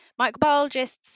microbiologists